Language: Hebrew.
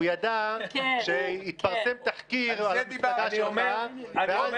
הוא ידע שיתפרסם תחקיר על המפלגה שלך ------ אני אומר